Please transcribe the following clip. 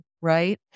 right